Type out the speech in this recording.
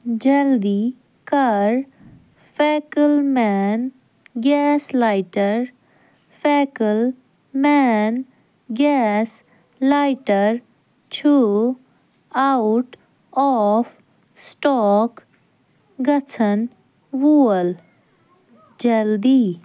جلدی کر فیکٕل مین گیس لایٹر فیکٕل مین گیس لایٹر چھُ آوُٹ آف سِٹاک گَژھَن وول جلدی